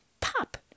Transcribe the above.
Pop